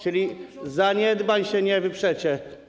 Zaniedbań się nie wyprzecie.